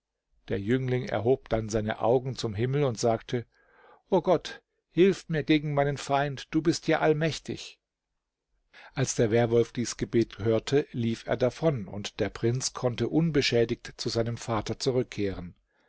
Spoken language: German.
der jüngling erhob dann seine augen zum himmel und sagte o gott hilf mir gegen meinen feind du bist ja allmächtig als der werwolf dies gebet hörte lief er davon und der prinz konnte unbeschädigt zu seinem vater zurückkehren